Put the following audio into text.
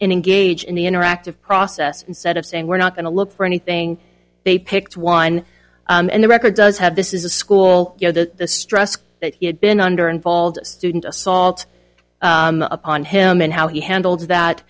engage in the interactive process instead of saying we're not going to look for anything they picked wine and the record does have this is a school the stress that he had been under involved student assault upon him and how he handled that